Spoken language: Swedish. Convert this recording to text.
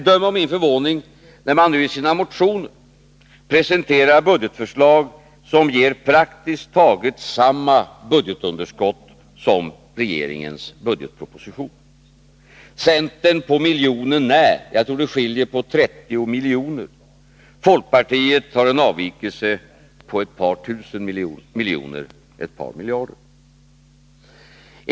Döm om min förvåning när man nu i sina motioner presenterar budgetförslag som ger praktiskt taget samma underskott som regeringens budgetproposition! Centern på miljonen när — jag tror att det skiljer 30 miljoner. Folkpartiet har en avvikelse på ett par miljarder.